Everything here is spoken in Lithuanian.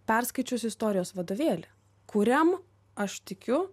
perskaičius istorijos vadovėlį kuriam aš tikiu